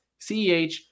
CEH